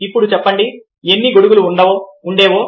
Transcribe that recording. ఇప్పుడు చెప్పండి ఎన్ని గొడుగులు ఉండేవో